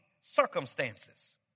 circumstances